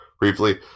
briefly